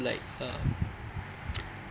like uh